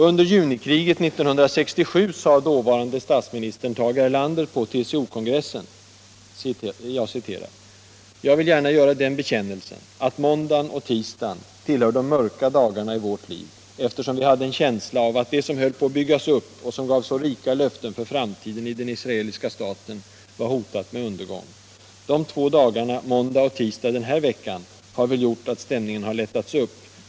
Under junikriget 1967 sade dåvarande statsministern Tage Erlander på TCO-kongressen: ”Jag vill gärna göra den bekännelsen att måndagen och tisdagen tillhör de mörka dagarna i vårt liv, eftersom vi hade en känsla av att det som höll på att byggas upp och som gav så rika löften för framtiden i den israeliska staten var hotat med undergång. --- De två dagarna måndag och tisdag denna vecka har väl gjort att stämningen har lättats upp.